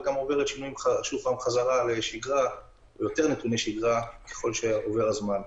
וגם עוברים שינוי חזרה לנתוני שגרה ככל שעובר הזמן.